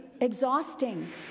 exhausting